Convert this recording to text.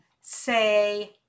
say